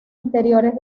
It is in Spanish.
interiores